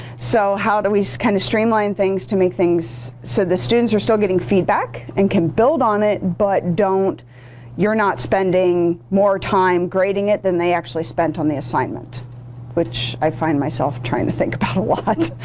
so how do we kind of streamline things to make things so the students are still getting feedback and can build on it, but you're not spending more time grading it than they actually spent on the assignment which i find myself trying to think about a lot.